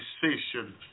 decision